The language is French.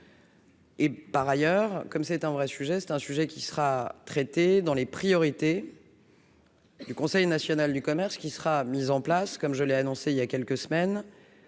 Et par ailleurs, comme c'est un vrai sujet, c'est un sujet qui sera traité dans les priorités. Du conseil national du commerce, qui sera mise en place, comme je l'ai annoncé il y a quelques semaines